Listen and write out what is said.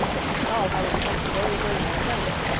beats all how he struck the very day though, don't it?